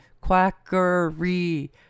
quackery